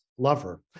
lover